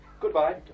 goodbye